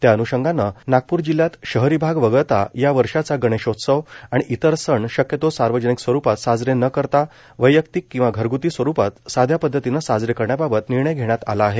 त्याअन्षंगाने नागपूर जिल्हयात शहरी भाग वगळता या वर्षाचा गणेशोत्सव आणि इतर सण शक्यतो सार्वजनिक स्वरूपात साजरे न करता वैयक्तिक किंवा घरगुती स्वरूपात साध्या पध्दतीने साजरे करण्याबाबत निर्णय घेण्यात आला आहे